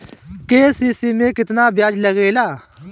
KCC में केतना ब्याज लगेला?